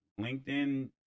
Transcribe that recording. LinkedIn